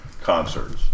concerts